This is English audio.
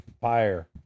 fire